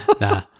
Nah